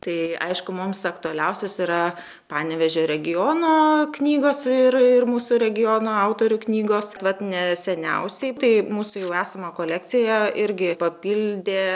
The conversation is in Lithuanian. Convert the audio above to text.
tai aišku mums aktualiausios yra panevėžio regiono knygos ir ir mūsų regiono autorių knygos ne seniausiai tai mūsų jau esamą kolekciją irgi papildė